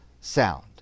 sound